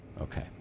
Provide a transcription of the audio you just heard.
Okay